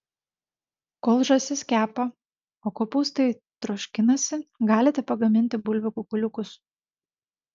kol žąsis kepa o kopūstai troškinasi galite pagaminti bulvių kukuliukus